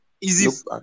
easy